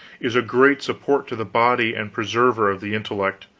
is a great support to the body and preserver of the intellect.